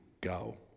go